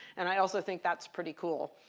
and i also think that's pretty cool.